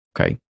Okay